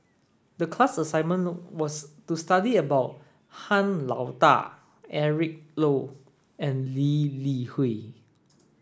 the class assignment was to study about Han Lao Da Eric Low and Lee Li Hui